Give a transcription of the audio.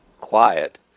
quiet